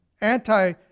anti